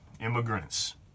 Immigrants